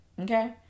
Okay